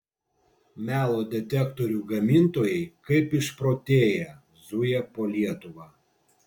melo detektorių gamintojai kaip išprotėję zuja po lietuvą